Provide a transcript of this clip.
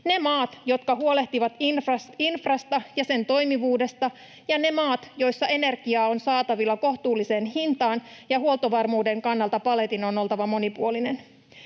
ne maat, jotka huolehtivat infrasta ja sen toimivuudesta, ja ne maat, joissa energiaa on saatavilla kohtuulliseen hintaan, ja huoltovarmuuden kannalta paletin on oltava monipuolinen.